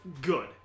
good